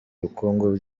ubukungu